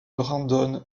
brandon